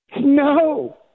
no